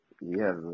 yes